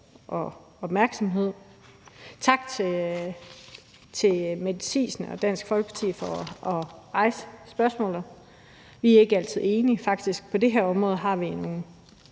og opmærksomhed. Tak til Mette Thiesen og Dansk Folkeparti for at rejse spørgsmålet. Vi er ikke altid enige. Faktisk har vi på